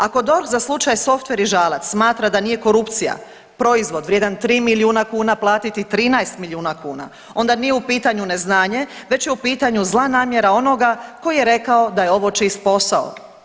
Ako DORH za slučaj softver i Žalac smatra da nije korupcija proizvod vrijedan 3 milijuna kuna platiti 13 milijuna kuna onda nije u pitanju neznanje već je pitanju zla namjera onoga tko je rekao da je ovo čist posao.